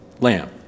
lamb